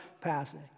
passing